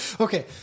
Okay